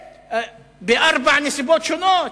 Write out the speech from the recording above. בארבע נסיבות שונות.